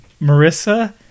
Marissa